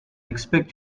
expect